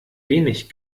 wenig